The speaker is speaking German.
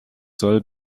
soll